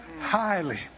highly